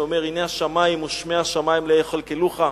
אומר: הנה השמים ושמי השמים לא יכלכלוך,